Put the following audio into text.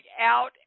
out